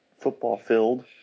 football-filled